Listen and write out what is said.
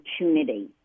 opportunity